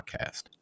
Podcast